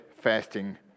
fasting